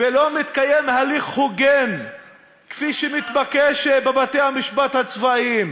ולא מתקיים הליך הוגן כפי שמתבקש בבתי-המשפט הצבאיים,